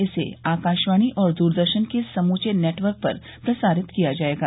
इसे आकाशवाणी और दूरदर्शन के समूचे नटवर्क पर प्रसारित किया जायेगा